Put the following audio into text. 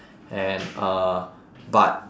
and uh but